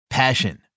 Passion